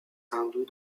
hindoue